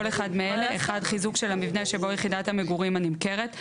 אחד מאלה: (1)חיזוק של המבנה שבו יחידת המגורים הנמכרת,